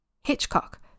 Hitchcock